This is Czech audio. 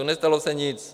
Nestalo se nic.